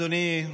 אדוני,